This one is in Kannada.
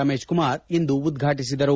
ರಮೇಶ್ಕುಮಾರ್ ಇಂದು ಉದ್ಘಾಟಿಸಿದರು